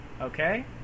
Okay